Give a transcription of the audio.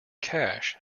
cash